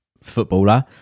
footballer